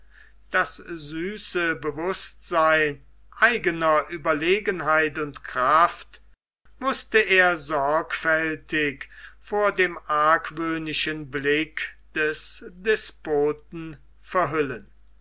das süße bewußtsein eigener ueberlegenheit und kraft mußte er sorgfältig vor dem argwöhnischen blick des despoten verhüllen